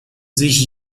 sich